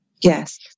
Yes